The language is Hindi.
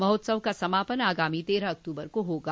महोत्सव का समापन आगामी तेरह अक्त्बर को होगा